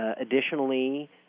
Additionally